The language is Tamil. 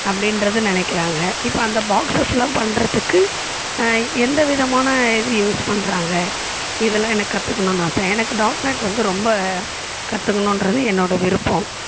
அப்படின்றது நினக்கிறாங்க இப்போ அந்த பாக்ஸஸ்லாம் பண்ணுறத்துக்கு எந்த விதமான இது யூஸ் பண்ணுறாங்க இதெல்லாம் எனக்கு கற்றுக்கணுன்னு ஆசை எனக்கு டாட் நெட் வந்து ரொம்ப கற்றுக்கணுன்றது என்னோட விருப்பம்